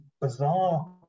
bizarre